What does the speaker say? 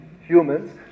humans